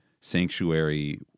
sanctuary